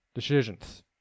decisions